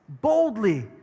boldly